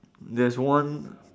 there's one